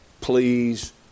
please